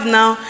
now